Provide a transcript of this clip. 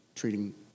Treating